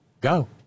Go